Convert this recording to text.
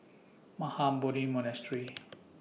Mahabodhi Monastery